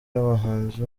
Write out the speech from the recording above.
n’abahanzi